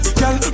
girl